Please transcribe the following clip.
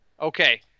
Okay